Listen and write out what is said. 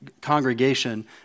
congregation